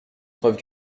preuve